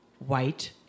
White